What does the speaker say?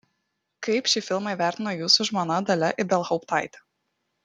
kaip šį filmą įvertino jūsų žmona dalia ibelhauptaitė